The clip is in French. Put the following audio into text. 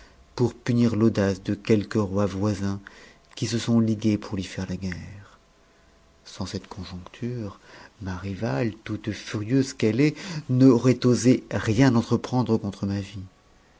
pour punir l'audace de quelques rois voisins qui se sonl ligués pour lui faire la guerre sans cette conjoncture ma rivale toutf furieuse qu'elle est n'aurait osé rien entreprendre contre ma vie